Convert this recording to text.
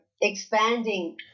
expanding